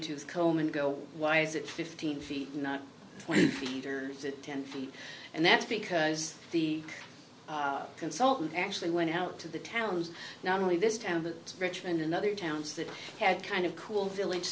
tooth comb and go why is it fifteen feet not twenty feet or ten feet and that's because the consultant actually went out to the towns not only this town but richmond and other towns that had kind of cool village